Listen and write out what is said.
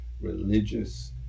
religious